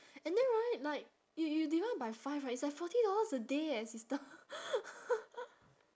and then right like you you divide by five right it's like forty dollars a day eh sister